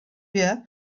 wie